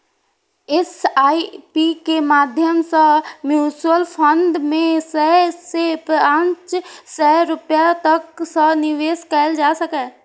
SIP के माध्यम सं म्यूचुअल फंड मे सय सं पांच सय रुपैया तक सं निवेश कैल जा सकैए